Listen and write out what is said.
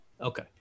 Okay